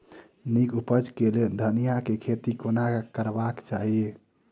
नीक उपज केँ लेल धनिया केँ खेती कोना करबाक चाहि?